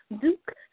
Duke